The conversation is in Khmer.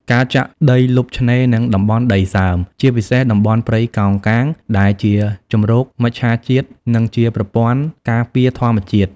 ការចាក់ដីលុបឆ្នេរ និងតំបន់ដីសើម ជាពិសេសតំបន់ព្រៃកោងកាង ដែលជាជម្រកមច្ឆាជាតិ និងជាប្រព័ន្ធការពារធម្មជាតិ។